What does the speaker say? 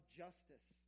justice